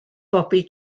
bobi